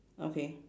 okay